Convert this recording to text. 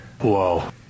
Whoa